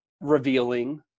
revealing